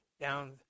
down